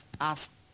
ask